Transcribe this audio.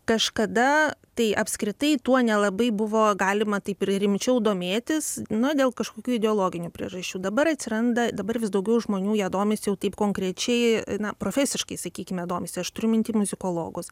kažkada tai apskritai tuo nelabai buvo galima taip ir rimčiau domėtis nu dėl kažkokių ideologinių priežasčių dabar atsiranda dabar vis daugiau žmonių ja domisi jau taip konkrečiai na profesiškai sakykime domisi aš turiu minty muzikologus